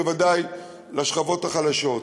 בוודאי לשכבות החלשות.